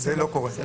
זה לא קורה.